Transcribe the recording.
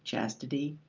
chastity,